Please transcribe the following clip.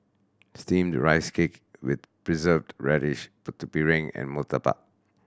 Steamed Rice Cake with Preserved Radish Putu Piring and murtabak